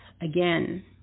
again